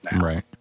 Right